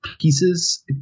pieces